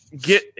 get